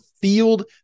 FIELD